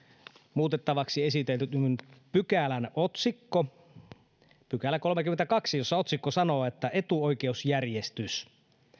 muutettavaksi esitetyn pykälän otsikko eli kolmaskymmenestoinen pykälä jossa otsikko sanoo että etuoikeusjärjestys